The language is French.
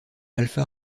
alfa